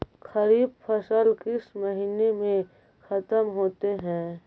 खरिफ फसल किस महीने में ख़त्म होते हैं?